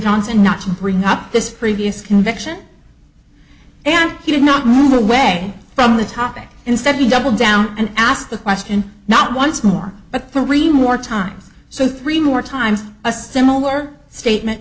johnson not to bring up this previous conviction and he did not move away from the topic instead he doubled down and asked the question not once more but three more times so three more times a similar statement